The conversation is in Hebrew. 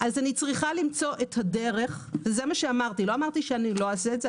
לא אמרתי שלא אעשה את זה.